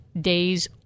days